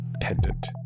pendant